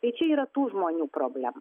tai čia yra tų žmonių problema